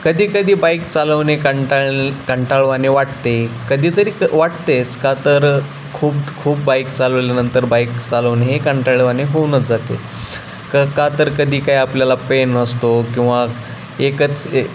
कधी कधी बाईक चालवणे कंटाळा कंटाळवाणे वाटते कधीतरी क वाटतेच का तर खूप खूप बाईक चालवल्यानंतर बाईक चालवणे हे कंटाळवाणे होऊनच जाते का का तर कधी काय आपल्याला पेन असतो किंवा एकच ए